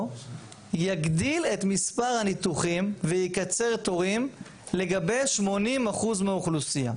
יגדיל את מספר הניתוחים ויקצר תורים לגבי 80% מהאוכלוסייה.